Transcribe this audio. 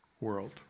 world